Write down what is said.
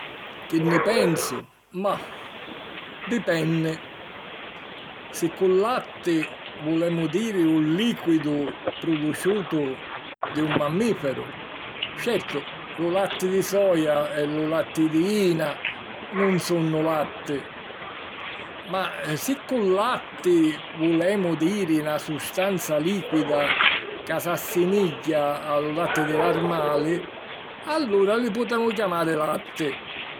Chi nni pensu? Mah... dipenni... Si cu "latti" vulemu diri un lìquidu pruduciutu di un mammìferu, certu, lu latti di soja e lu latti di jina nun sunnu latti. Ma si cu "latti" vulemu diri na sustanza lìquida ca s'assimigghia a lu latti di l'armali, allura li putemu chiamari "latti".